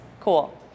cool